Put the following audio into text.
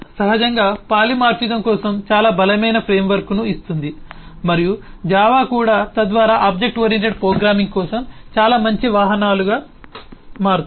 C సహజంగా polymorphism కోసం చాలా బలమైన ఫ్రేమ్వర్క్ను ఇస్తుంది మరియు జావా కూడా తద్వారా ఆబ్జెక్ట్ ఓరియెంటెడ్ ప్రోగ్రామింగ్ కోసం చాలా మంచి వాహనాలుగా మారుతుంది